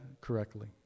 correctly